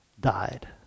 died